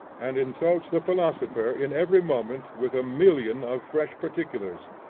and insults the philosopher in every moment with a million of fresh particulars.